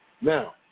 Now